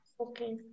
Okay